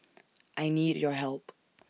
I need your help